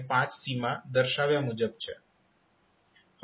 તે સમીકરણ અને માં દર્શાવ્યા મુજબ છે